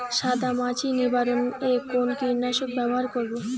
সাদা মাছি নিবারণ এ কোন কীটনাশক ব্যবহার করব?